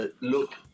look